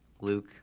Luke